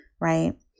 right